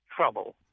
trouble